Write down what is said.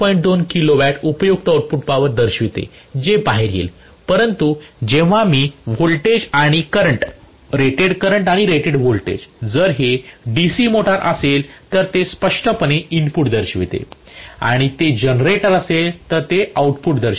२ kilo watt उपयुक्त output दर्शवते जे बाहेर येईल परंतु जेव्हा मी व्होल्टेज आणि करंट रेटेड करंट आणि रेटेड व्होल्टेज जर हे डीसी मोटर असेल तर ते स्पष्टपणे इनपुट दर्शवते जर ते जनरेटर असेल तर आउटपुट दर्शवते